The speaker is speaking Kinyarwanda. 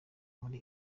muri